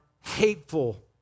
hateful